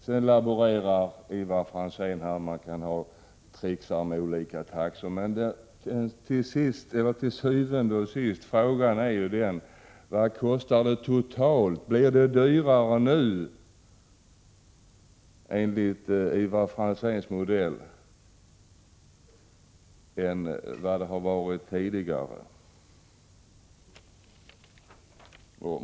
Sedan laborerar Ivar Franzén med olika taxor. Men til syvende og sidst är ju frågan: Vad kostar det totalt? Blir det dyrare enligt Ivar Franzéns modell än vad det har varit tidigare?